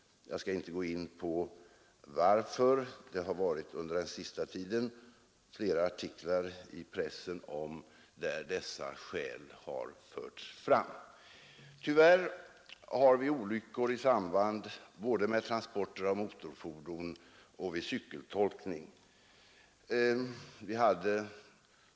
Jag skall inte gå in på varför det är så. Under den senaste tiden har det förekommit flera artiklar i pressen där dessa skäl har förts fram Tyvärr inträffar olyckor både i samband med transporter av motorfordon och under cykeltolkning.